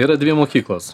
yra dvi mokyklos